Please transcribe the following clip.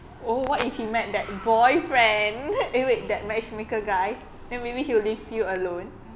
oh what if he met that boyfriend eh wait that matchmaker guy then maybe he'll leave you alone